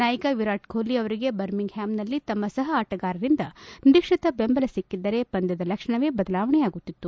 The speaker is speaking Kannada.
ನಾಯಕ ವಿರಾಟ್ ಕೊಟ್ಲ ಅವರಿಗೆ ಬರ್ಮಿಂಗ್ಹ್ಲಾಮ್ನಲ್ಲಿ ತಮ್ಮ ಸಹ ಆಟಗಾರರಿಂದ ನಿರೀಕ್ಷಿತ ಬೆಂಬಲ ಸಿಕ್ಕಿದ್ದರೆ ಪಂದ್ಯದ ಲಕ್ಷಣವೇ ಬದಲಾವಣೆಯಾಗುತಿತ್ತು